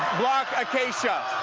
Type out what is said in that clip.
block akacia